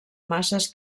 masses